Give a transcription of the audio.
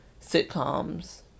sitcoms